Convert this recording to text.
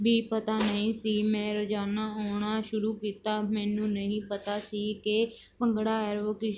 ਵੀ ਪਤਾ ਨਹੀਂ ਸੀ ਮੈਂ ਰੋਜ਼ਾਨਾ ਆਉਣਾ ਸ਼ੁਰੂ ਕੀਤਾ ਮੈਨੂੰ ਨਹੀਂ ਪਤਾ ਸੀ ਕਿ ਭੰਗੜਾ ਐਰੋਬਿਕਸ